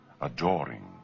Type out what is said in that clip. adoring